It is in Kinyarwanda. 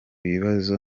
bibazo